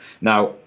now